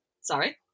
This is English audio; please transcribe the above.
sorry